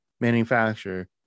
manufacturer